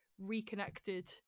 reconnected